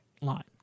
line